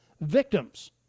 victims